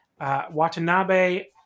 Watanabe